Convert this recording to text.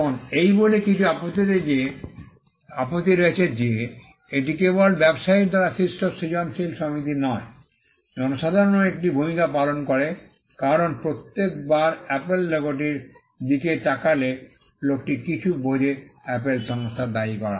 এখন এই বলে কিছু আপত্তি রয়েছে যে এটি কেবল ব্যবসায়ীর দ্বারা সৃষ্ট সৃজনশীল সমিতি নয় জনসাধারণও একটি ভূমিকা পালন করে কারণ প্রত্যেকবার অ্যাপল লোগোটির দিকে তাকালে লোকটি কিছু বোঝে অ্যাপল সংস্থা দায়ী করা